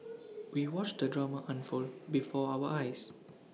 we watched the drama unfold before our eyes